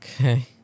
Okay